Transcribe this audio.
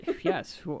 yes